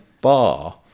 bar